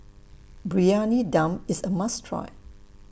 Briyani Dum IS A must Try